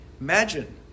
Imagine